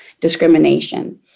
discrimination